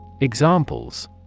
Examples